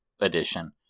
edition